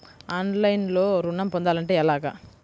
ఆన్లైన్లో ఋణం పొందాలంటే ఎలాగా?